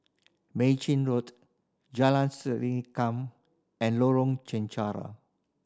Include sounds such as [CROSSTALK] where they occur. Mei Chin Road Jalan [UNINTELLIGIBLE] Come and Lorong Chencharu